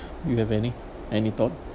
you have any any thought